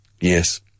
yes